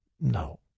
No